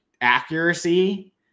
accuracy